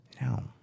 No